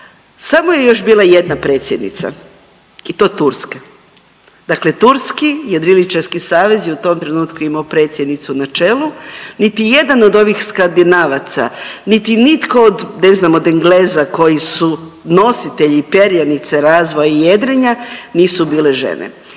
samo je još bila jedna predsjednica i to Turske. Dakle, turski jedriličarski savez je u tom trenutku imao predsjednicu na čelu. Niti jedan od ovih Skandinavaca, niti nitko od, ne znam od Engleza koji su nositelji perjanice razvoja i jedrenja nisu bile žene.